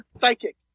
psychic